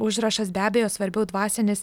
užrašas be abejo svarbiau dvasinis